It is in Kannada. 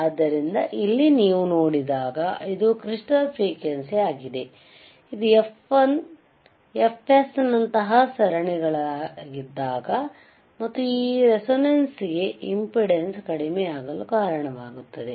ಆದ್ದರಿಂದ ಇಲ್ಲಿ ನೀವು ನೋಡಿದಾಗ ಇದು ಕ್ರಿಸ್ಟಾಲ್ ಫ್ರೀಕ್ವೆಂಸಿ ಆಗಿದೆ ಇದು fs ನಂತಹ ಸರಣಿಗಳಲ್ಲಿದ್ದಾಗ ಮತ್ತು ಈ ರೇಸೋನೆನ್ಸ್ ಇಂಪಿಡೆನ್ಸ್ ಕಡಿಮೆಯಾಗಲು ಕಾರಣವಾಗುತ್ತದೆ